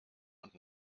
und